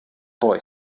boy